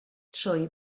trwy